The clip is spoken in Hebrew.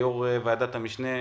כיושב-ראש ועדת המשנה,